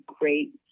great